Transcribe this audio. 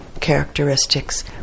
characteristics